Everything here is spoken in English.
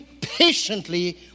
Patiently